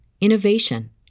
innovation